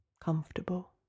Comfortable